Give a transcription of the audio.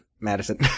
madison